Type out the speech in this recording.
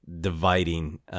dividing